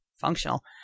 functional